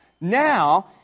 Now